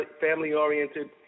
family-oriented